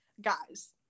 guys